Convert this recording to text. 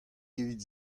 evit